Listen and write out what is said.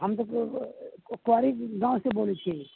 हम तऽ कुआरि गाँवसँ बोलै छी